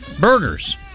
burgers